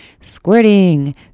squirting